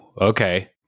okay